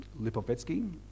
Lipovetsky